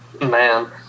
Man